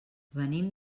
venim